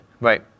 Right